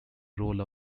role